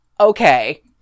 Okay